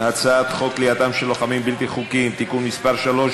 חוק כליאתם של לוחמים בלתי חוקיים (תיקון מס' 3),